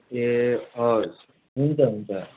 ए अँ हुन्छ हुन्छ